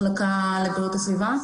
עמיר יצחקי מהמחלקה לבריאות הסביבה.